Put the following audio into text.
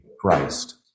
Christ